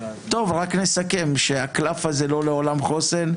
רק נסכם שהקלף הזה לא לעולם חוסן.